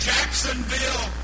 Jacksonville